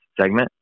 segment